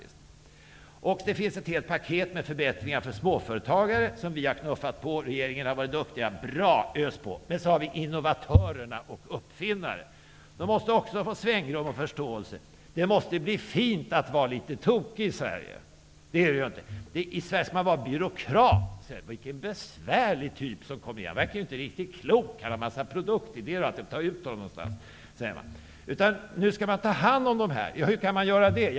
Det finns ett helt paket med förbättringar för småföretagare. Vi har knuffat på regeringen. Regeringen har varit duktig -- bra, ös på! Men så har vi innovatörerna och uppfinnarna. De måste också få svängrum och förståelse. Det måste bli fint att vara litet tokig i Sverige. Det är det inte nu. I Sverige skall man vara byråkrat. De säger: Vilken besvärlig typ. Han verkar ju inte riktigt klok. Han har en massa produktidéer. Ta ut honom någonstans. Man skall ta hand om dessa människor. Hur kan man då göra det?